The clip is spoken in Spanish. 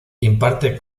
imparte